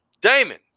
Damon